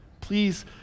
please